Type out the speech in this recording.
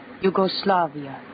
Yugoslavia